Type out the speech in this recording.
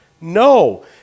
No